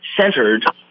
centered